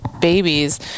babies